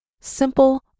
simple